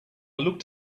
looked